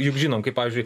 juk žinom kaip pavyzdžiui